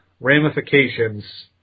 ramifications